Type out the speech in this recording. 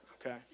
okay